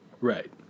Right